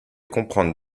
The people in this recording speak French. comprendre